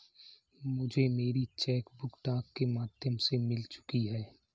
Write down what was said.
मुझे मेरी cheque book डाक के माध्यम से मिल चुकी है